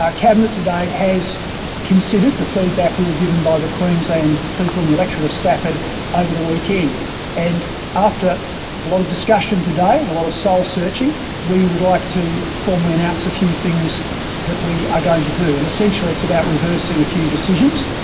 cabinet today has considered the feedback we were given by the queensland people in the electorate of stafford over the weekend. and after a lot of discussion today and a lot of soul searching we would like to formally announce a few things that we are going to do, and essentially it's about reversing a few decisions.